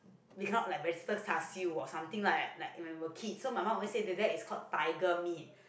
become like vegetated char-siew was something like like when was a kid so my mum always said that they is called tiger meat